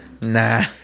nah